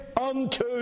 unto